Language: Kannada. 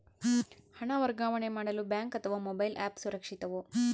ಹಣ ವರ್ಗಾವಣೆ ಮಾಡಲು ಬ್ಯಾಂಕ್ ಅಥವಾ ಮೋಬೈಲ್ ಆ್ಯಪ್ ಸುರಕ್ಷಿತವೋ?